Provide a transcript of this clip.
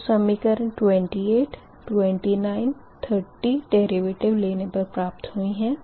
तो समीकरण 28 29 30 डेरिवेटिव लेने पर प्राप्त हुई है